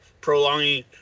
prolonging